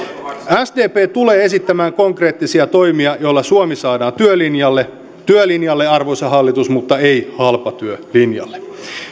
sdp tulee esittämään konkreettisia toimia joilla suomi saadaan työlinjalle työlinjalle arvoisa hallitus mutta ei halpatyölinjalle